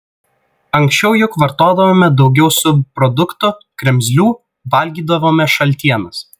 anksčiau juk vartodavome daugiau subproduktų kremzlių valgydavome šaltienas